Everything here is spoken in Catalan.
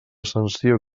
sanció